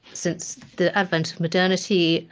since the advent of modernity,